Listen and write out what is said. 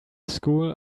school